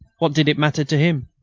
what did it matter to him?